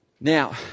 Now